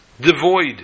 devoid